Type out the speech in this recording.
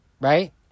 right